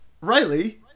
Riley